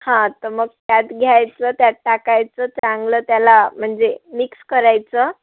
हा तं मग त्यात घ्यायचं त्यात टाकायचं चांगलं त्याला म्हणजे मिक्स करायचं